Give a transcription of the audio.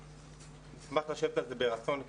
אני אשמח לשבת על זה ברצון.